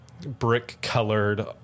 Brick-colored